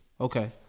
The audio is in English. Okay